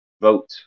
vote